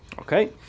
Okay